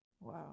Wow